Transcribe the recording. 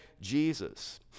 Jesus